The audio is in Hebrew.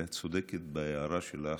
ואת צודקת בהערה שלך,